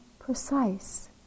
precise